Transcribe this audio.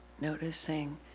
noticing